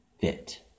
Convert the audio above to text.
fit